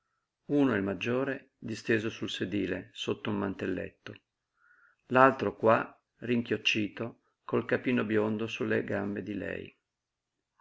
uno il maggiore disteso sul sedile sotto un mantelletto l'altro qua rinchioccito col capino biondo su le gambe di lei